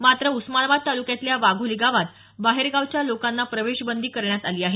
मात्र उस्मानाबाद तालुक्यातल्या वाघोली गावात बाहेरगावच्या लोकांना प्रवेशबंदी करण्यात आली आहे